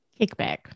kickback